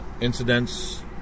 incidents